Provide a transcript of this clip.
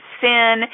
sin